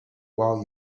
while